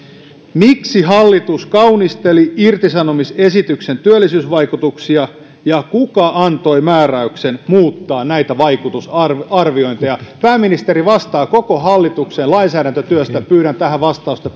miksi hallitus kaunisteli irtisanomisesityksen työllisyysvaikutuksia ja kuka antoi määräyksen muuttaa näitä vaikutusarviointeja pääministeri vastaa koko hallituksen lainsäädäntötyöstä pyydän tähän vastausta